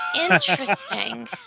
Interesting